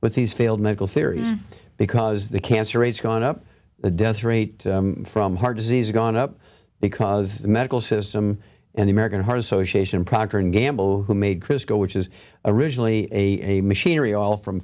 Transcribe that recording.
with these failed medical theory because the cancer rates going up the death rate from heart disease are gone up because the medical system and the american heart association procter and gamble who made christgau which is originally a machinery all from